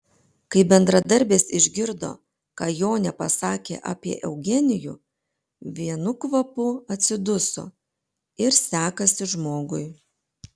kai bendradarbės išgirdo ką jonė pasakė apie eugenijų vienu kvapu atsiduso ir sekasi žmogui